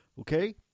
okay